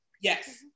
Yes